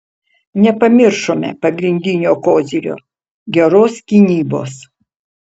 nepamiršome pagrindinio kozirio geros gynybos